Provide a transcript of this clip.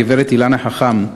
גברת מלכה חכם,